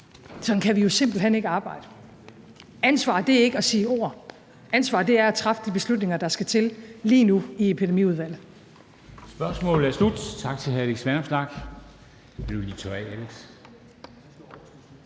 sådan kan vi simpelt hen ikke arbejde. Ansvar er ikke at sige ord, ansvar er at træffe de beslutninger, der skal til lige nu i Epidemiudvalget.